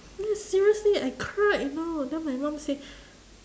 seriously I cried you know then my mom say